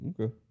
okay